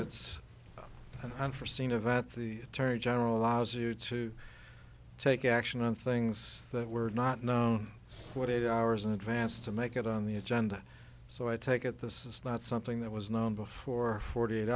that's unforseen of at the attorney general allows you to take action on things that were not known what eight hours in advance to make it on the agenda so i take it this is not something that was known before forty eight